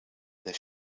their